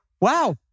wow